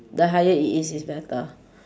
the higher it is is better